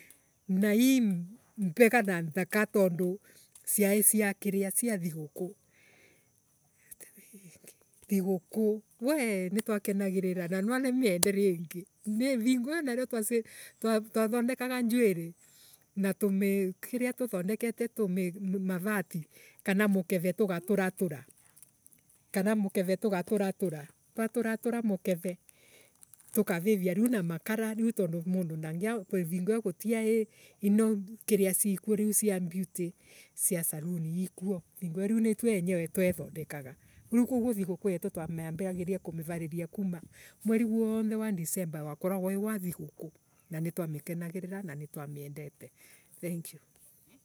Na ii mbega na nthaka tondu ciaii cia kiria. cia thiguku. Thiguku wee nitwa kenagirira. Na nwa ni miende ringi. Vingo iyo nayo twase Twathondekaga njwirii na tumikkiria tuthondekete tumii mavati kana mukere tugatura tura. Kana mukere tugaturatura twaturatura mukere tukavivia viu na makara riu tondu mundu ndangia vingo iyo gutiaii ino kiria cikwo riu cia beauty cia savuni ikwo vingo iyo riu ni twe enyewe twethondekaga. Riu koguo thiguku yetu twamiambagiriria kumivariria kuma mweri guonthe wa disemba wakoragwa wiwa thiguku na nitwa mikenagira na nitwa miendete. Thengiu